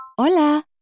Hola